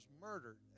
murdered